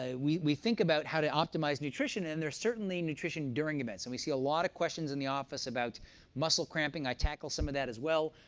ah we we think about how to optimize nutrition, and there's certainly nutrition during events. and we see a lot of questions in the office about muscle cramping. i tackle some of that as well.